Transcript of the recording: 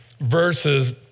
verses